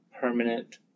permanent